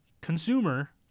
consumer